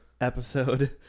episode